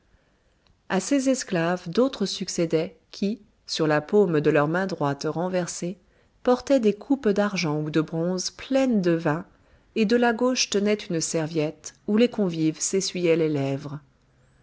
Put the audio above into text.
à ces esclaves d'autres succédaient qui sur la paume de leur main droite renversée portaient des coupes d'argent ou de bronze pleines de vin et de la gauche tenaient une serviette où les convives s'essuyaient les lèvres